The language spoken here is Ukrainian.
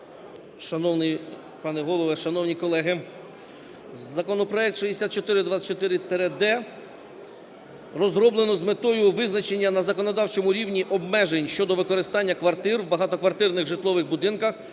Шановний пане Голово, шановні колеги, законопроект 6424-д розроблено з метою визначення на законодавчому рівні обмежень щодо використання квартир у багатоквартирних житлових будинках